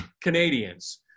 Canadians